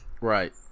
Right